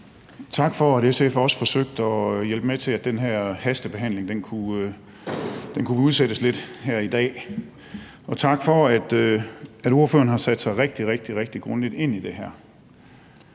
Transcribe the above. Tak for, at SF også forsøgte at hjælpe med til, at den her hastebehandling kunne udsættes lidt i dag. Og tak for, at ordføreren har sat sig rigtig, rigtig grundigt ind i det her.